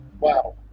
wow